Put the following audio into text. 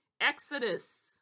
exodus